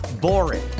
boring